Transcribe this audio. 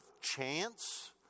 chance